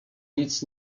nic